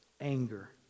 anger